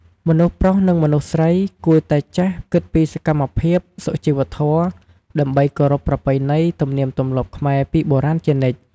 មនុស្សប្រុសនិងមនុស្សស្រី គួតែចេះគិតពីសកម្មភាពសុជីវធម៌ ដើម្បីគោរពប្រពៃណី ទំនៀមទម្លាប់ខ្មែរពីបុរាណជានិច្ច។